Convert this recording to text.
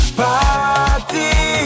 party